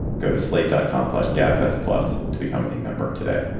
go to slate dotcom slash gabfests plus to become a member today.